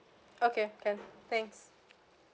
okay can thanks